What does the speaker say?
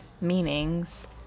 meanings